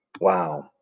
Wow